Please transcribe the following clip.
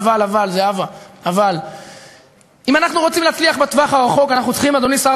לך, אדוני שר